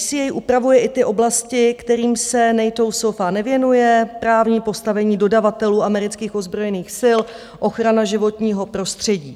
DCA upravuje i ty oblasti, kterým se NATO SOFA nevěnuje, právní postavení dodavatelů amerických ozbrojených sil, ochrana životního prostředí.